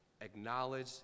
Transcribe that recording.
acknowledge